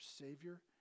Savior